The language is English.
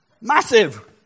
Massive